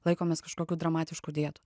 laikomės kažkokių dramatiškų dietų